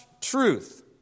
truth